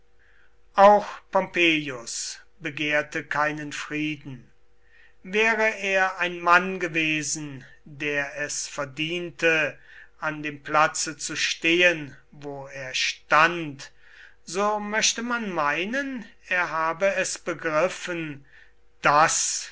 auch pompeius begehrte keinen frieden wäre er ein mann gewesen der es verdiente an dem platze zu stehen wo er stand so möchte man meinen er habe es begriffen daß